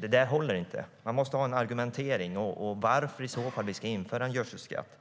Det håller inte. Man måste ha en argumentation. Varför ska vi i så fall införa en gödselskatt?